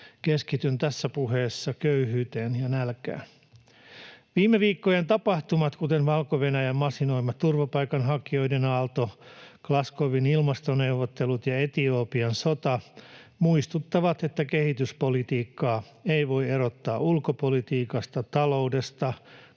Keskityn tässä puheessa köyhyyteen ja nälkään. Viime viikkojen tapahtumat, kuten Valko-Venäjän masinoima turvapaikanhakijoiden aalto, Glasgow’n ilmastoneuvottelut ja Etiopian sota, muistuttavat, että kehityspolitiikkaa ei voi erottaa ulkopolitiikasta, taloudesta,